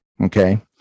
Okay